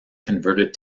converted